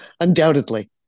undoubtedly